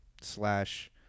slash